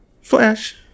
Flash